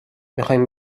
میخایم